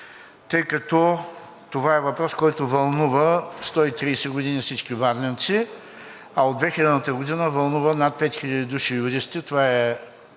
тъй като това е въпрос, който вълнува 130 години всички варненци, а от 2000-та година вълнува над 5000 хиляди души юристи.